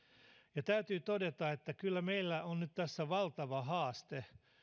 täytyy todeta että kyllä meillä on nyt tässä valtava haaste